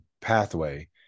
pathway